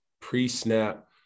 pre-snap